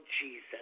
Jesus